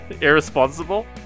Irresponsible